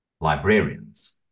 librarians